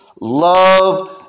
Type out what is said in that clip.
love